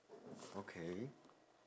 okay